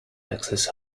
access